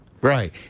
Right